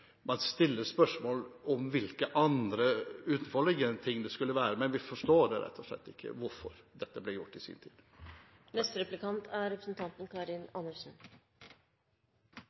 Man stiller spørsmål om hvilke andre utenforliggende ting det skulle vært. Men vi forstår rett og slett ikke hvorfor dette ble gjort i sin tid. Det var veldig oppsiktsvekkende å høre representanten fra Fremskrittspartiet si at det er